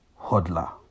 hodler